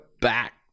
back